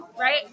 right